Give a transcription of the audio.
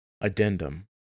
Addendum